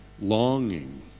longing